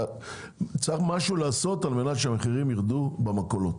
צריך משהו לעשות על מנת שהמחירים ירדו במכולות.